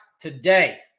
today